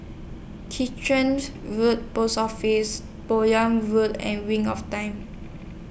Road Post Office Bowyer and Wings of Time